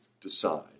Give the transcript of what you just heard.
decide